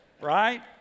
right